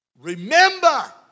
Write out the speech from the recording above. remember